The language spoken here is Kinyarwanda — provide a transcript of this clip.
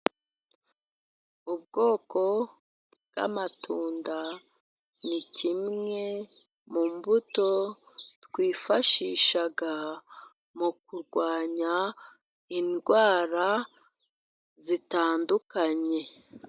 Ubwoko bw'amatunda, ni kimwe mu mbuto twifashisha mu kurwanya indwara zitandukanye.